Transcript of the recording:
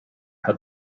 had